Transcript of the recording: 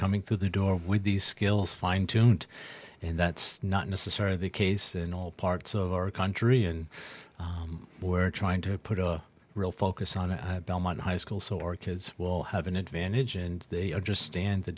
coming through the door with these skills fine tuned and that's not necessarily the case in all parts of our country and we're trying to put a real focus on belmont high school so or kids will have an advantage and they understand the